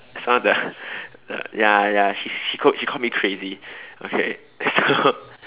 some of the the ya ya she she called she called me crazy okay so